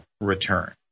return